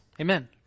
Amen